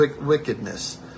wickedness